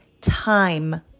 time